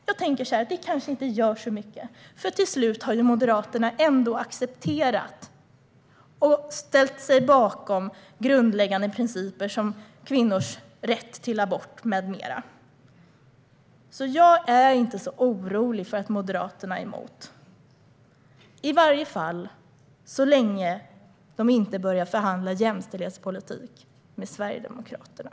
Jag tänker dock att det kanske inte gör så mycket, fru talman, för till slut har Moderaterna ändå accepterat och ställt sig bakom grundläggande principer, till exempel kvinnors rätt till abort. Jag är därför inte särskilt orolig för att Moderaterna är emot, i alla fall så länge de inte börjar förhandla jämställdhetspolitik med Sverigedemokraterna.